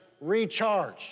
recharge